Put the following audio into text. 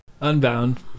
Unbound